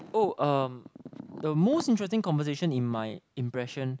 oh um the most interesting conversation in my impression